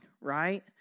right